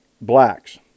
Blacks